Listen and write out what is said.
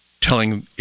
telling